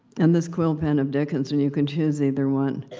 and this quill pen of dickens'. and you can choose either one.